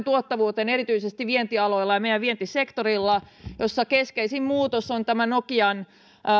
tuottavuuteen erityisesti vientialoilla ja meidän vientisektorillamme jossa keskeisin muutos on nokian